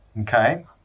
Okay